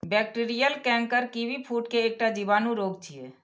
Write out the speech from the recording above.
bacterial canker kiwifruit के एकटा जीवाणु रोग छियै